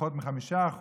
פחות מ-5%,